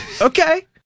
okay